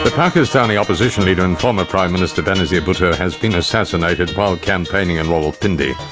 pakistani opposition leader and former prime minister benazir bhutto has been assassinated while campaigning in rawalpindi.